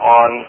on